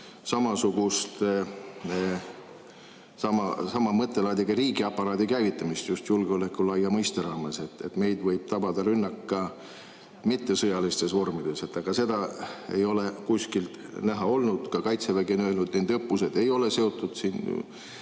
samasugust, sama mõttelaadiga riigiaparaadi käivitamist just julgeoleku laia mõiste raames, et meid võib tabada rünnak ka mittesõjalistes vormides? Seda ei ole kuskilt näha olnud. Ka Kaitsevägi on öelnud, et nende õppused ei ole seotud